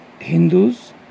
Hindus